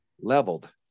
leveled